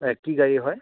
অ' কি গাড়ী হয়